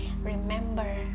remember